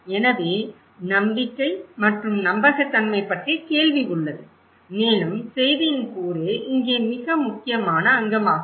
எனவே நம்பிக்கை மற்றும் நம்பகத்தன்மை பற்றிய கேள்வி உள்ளது மேலும் செய்தியின் கூறு இங்கே மிக முக்கியமான அங்கமாகும்